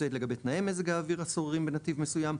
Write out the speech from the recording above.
מבצעית לגבי תנאי מזג האוויר השוררים בנתיב מסוים,